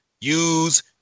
use